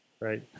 Right